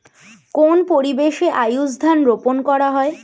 কোন পরিবেশে আউশ ধান রোপন করা হয়?